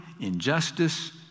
injustice